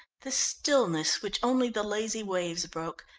the stillness which only the lazy waves broke,